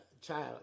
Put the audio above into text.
child